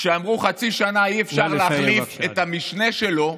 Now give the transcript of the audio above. כשאמרו שחצי שנה אי-אפשר להחליף את המשנה שלו,